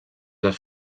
les